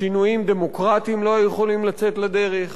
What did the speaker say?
שינויים דמוקרטיים לא היו יכולים לצאת לדרך.